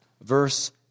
verse